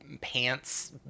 pants